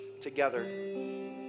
together